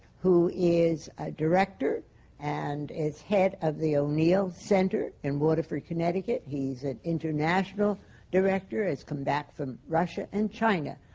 who is a director and is head of the o'neill center in waterford, connecticut. he's an international director, has come back from russia and china,